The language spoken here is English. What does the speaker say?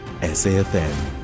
SAFM